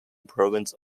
province